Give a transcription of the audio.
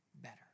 better